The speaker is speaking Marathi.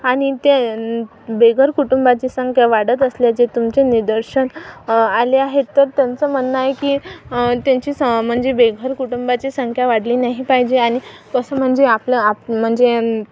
आणि ते बेघर कुटुंबाची संख्या वाढत असल्याचे तुमचे निदर्शन आले आहे तर त्यांचं म्हणणं आहे की त्यांची म्हणजे बेघर कुटुंबाची संख्या वाढली नाही पाहिजे आणि कसं म्हणजे आपलं आप म्हणजे